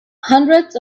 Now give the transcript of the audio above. hundreds